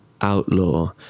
outlaw